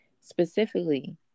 specifically